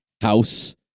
house